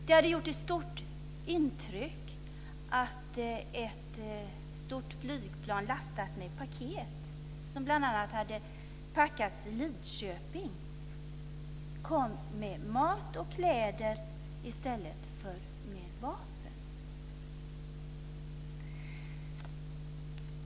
Det hade gjort stort intryck att ett stort flygplan kom lastat med paket - som bl.a. hade packats i Lidköping - som innehöll mat och kläder i stället för vapen.